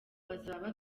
bazaba